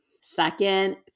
Second